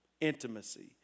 Intimacy